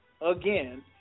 again